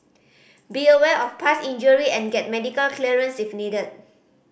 be aware of past injury and get medical clearance if needed